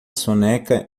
soneca